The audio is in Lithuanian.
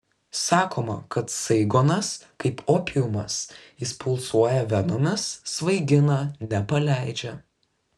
sakoma kad saigonas kaip opiumas jis pulsuoja venomis svaigina nepaleidžia